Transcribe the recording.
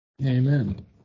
Amen